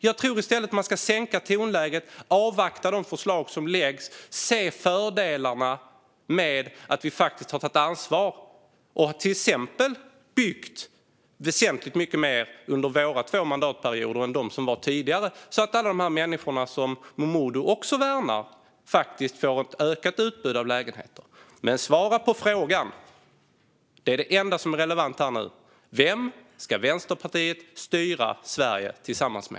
Jag tror i stället att man ska sänka tonläget, avvakta de förslag som läggs fram och se fördelarna med att vi har tagit ansvar. Vi har till exempel byggt väsentligt mycket mer under våra två mandatperioder än de som var tidigare. Alla de människor som Momodou Malcolm Jallow också värnar får faktiskt ett ökat utbud av lägenheter. Svara på frågan. Det är det enda som är relevant här nu. Vem ska Vänsterpartiet styra Sverige tillsammans med?